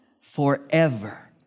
Forever